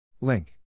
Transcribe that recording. Link